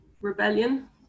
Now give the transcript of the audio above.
rebellion